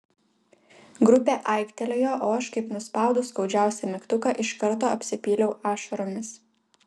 grupė aiktelėjo o aš kaip nuspaudus skaudžiausią mygtuką iš karto apsipyliau ašaromis